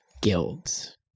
guilds